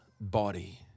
body